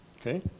Okay